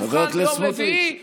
חבר הכנסת סמוטריץ'.